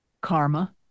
Karma